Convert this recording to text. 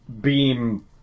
beam